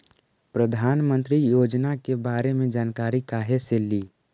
प्रधानमंत्री योजना के बारे मे जानकारी काहे से ली?